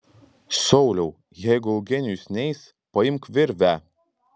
sauliau jeigu eugenijus neis paimk virvę